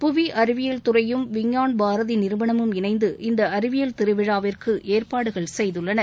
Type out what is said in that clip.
புவி அறிவியல் துறையும் விஞ்ஞான் பாரதி நிறுவனமும் இணைந்து இந்த அறிவியல் திருவிழாவிற்கு ஏற்பாடுகள் செய்துள்ளன